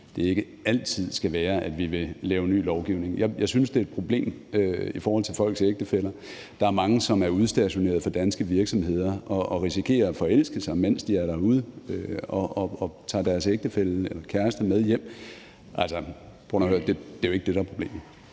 vores svar ikke altid skal være, at vi vil lave ny lovgivning. Jeg synes, det er et problem i forhold til folks ægtefæller. Der er mange, der er udstationeret for danske virksomheder og risikerer at forelske sig, mens de er derude, og tager deres ægtefælle eller kæreste med hjem. Altså, prøv nu at høre, det er jo ikke det, der er problemet.